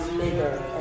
bigger